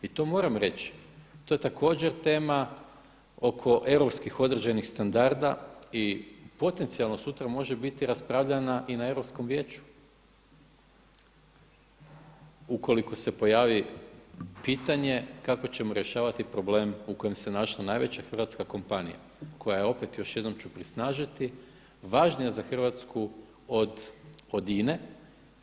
I to moram reći, to je također tema oko europskih određenih standarda i potencijalno sutra može biti raspravljana i na Europskom vijeću ukoliko se pojavi pitanje kako ćemo rješavati problem u kojem se našla najveća hrvatska kompanija koja je opet, još jednom ću prisnažiti važnija za Hrvatsku od INA-e.